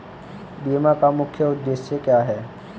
बीमा का मुख्य उद्देश्य क्या है?